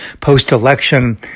post-election